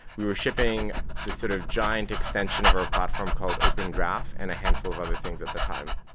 we were shipping this sort of giant extension of our platform called open graph and a handful of other things at the time.